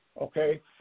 okay